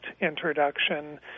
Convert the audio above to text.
introduction